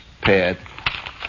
pad